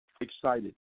excited